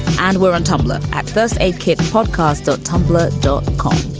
and we're on tumblr at first aid kit podcast or tumblr dot com.